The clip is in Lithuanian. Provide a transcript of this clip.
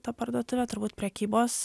ta parduotuvė turbūt prekybos